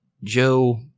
Joe